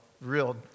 real